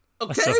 Okay